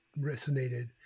resonated